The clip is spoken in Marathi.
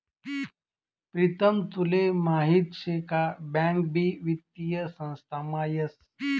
प्रीतम तुले माहीत शे का बँक भी वित्तीय संस्थामा येस